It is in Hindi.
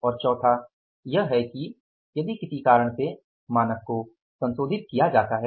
और चौथा यह है कि यदि किसी कारण से मानक को संशोधित किया जाता है